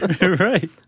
Right